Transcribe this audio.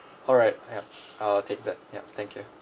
alright yup I'll take that yup thank you